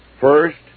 First